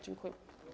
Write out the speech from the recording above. Dziękuję.